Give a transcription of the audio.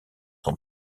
son